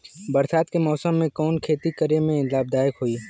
बरसात के मौसम में कवन खेती करे में लाभदायक होयी?